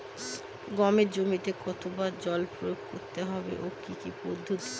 গমের জমিতে কতো বার জল প্রয়োগ করতে হবে ও কি পদ্ধতিতে?